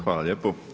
Hvala lijepo.